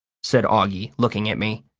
said auggie, looking at me.